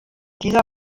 dieser